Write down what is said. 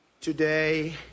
Today